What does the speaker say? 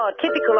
Typical